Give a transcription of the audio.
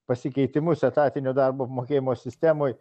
pasikeitimus etatinio darbo apmokėjimo sistemoj